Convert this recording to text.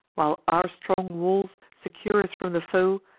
while our strong walls secure us from the foe,